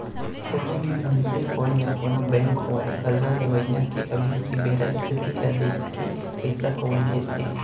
कोनो भी मनसे होवय या कोनों बेंक होवय करजा लेवइया के अभी के बेरा इस्थिति ल देखके पइसा कउड़ी देथे